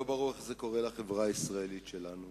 לא ברור איך זה קורה לחברה הישראלית שלנו,